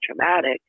traumatic